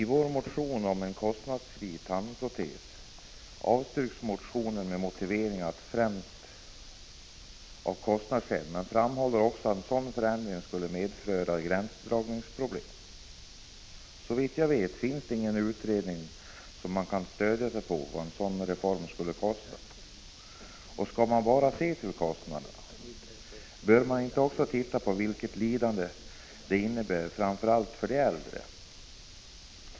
Herr talman! Utskottet avstyrker vår motion om kostnadsfria tandproteser främst av kostnadsskäl, men framhåller också att en sådan förändring som vi föreslår skulle medföra gränsdragningsproblem. Såvitt jag vet finns det inte någon utredning om vad en sådan reform skulle kosta som utskottet kan stödja sig på. Skall man dessutom bara se till kostnaderna? Bör man inte också titta på vilket lidande det innebär, särskilt för de äldre, när människor inte kan skaffa tandproteser?